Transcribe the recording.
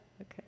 okay